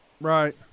Right